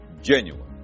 genuine